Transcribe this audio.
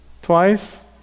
Twice